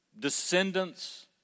descendants